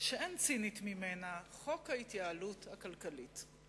שאין צינית ממנה: חוק ההתייעלות הכלכלית.